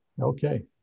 Okay